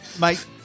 mate